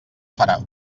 farà